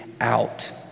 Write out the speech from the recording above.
out